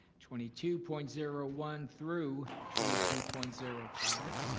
twenty two point zero one through twenty two point zero five,